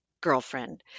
girlfriend